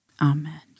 Amen